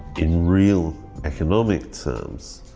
in real economic terms,